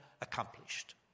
accomplished